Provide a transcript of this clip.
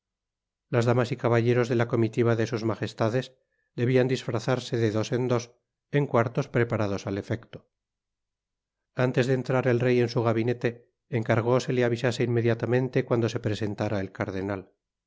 las damas y caballeros de la comitiva de sus majestades debian disfrazarse de dos en dos en coartos preparados al efecto antes de entrar el rey en su gabinete encargó que se le avisase inmediatamente cuando se presentára el cardenal